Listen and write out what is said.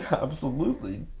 absolutely.